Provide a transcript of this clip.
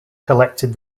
collected